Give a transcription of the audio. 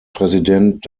präsident